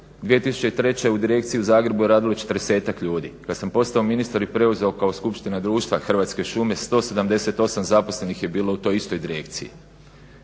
2003. u direkciji u Zagrebu je radilo 40-tak ljudi. Kad sam postao ministar i preuzeo kao skupština društva Hrvatske šume 178 zaposlenih je bilo u toj istoj direkciji.